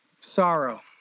sorrow